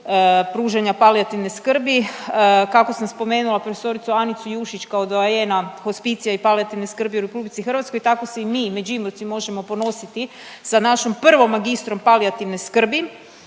pružanja palijativne skrbi. Kako sam spomenula prof. Anicu Jušić, kao …/Govornik se ne razumije./…hospicija i palijativne skrbi u RH, tako se i mi Međimurci možemo ponositi sa našom prvom magistrom palijativne skrbi,